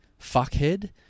fuckhead